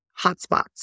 hotspots